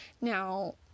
Now